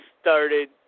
started